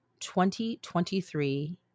2023